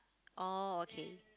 orh okay